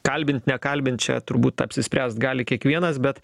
kalbint nekalbint čia turbūt apsispręst gali kiekvienas bet